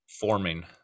forming